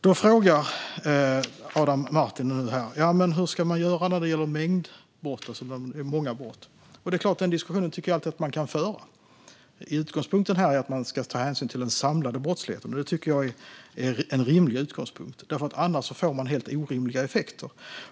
Då frågar Adam Marttinen hur man ska göra när det gäller mängdbrott, alltså många brott. Den diskussionen kan man såklart alltid föra. Utgångspunkten är att man ska ta hänsyn till den samlade brottsligheten. Det tycker jag är en rimlig utgångspunkt, för annars får man helt orimliga effekter.